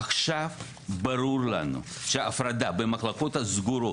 עכשיו ברור לנו שההפרדה במחלקות הסגורות,